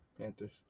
Panthers